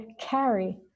carry